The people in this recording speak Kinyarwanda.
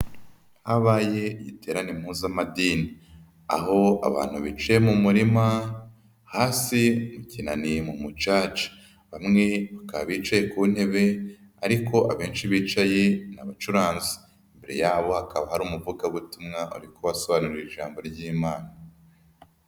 Habaye iterane impuzamadini, aho abantu bicaye mu murima hasi mu kinani mu mucaca, bamwe bicaye ku ntebe ariko abenshi bicaye ni abacuranzi, imbere yabo hakaba ari umuvugabutumwa uri kubasobanurira ijambo ry'Imana.